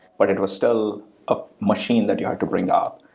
but it was still a machine that you have to bring up.